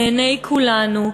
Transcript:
לעיני כולנו,